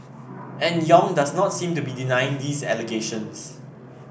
and Yong does not seem to be denying these allegations